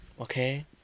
Okay